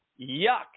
Yuck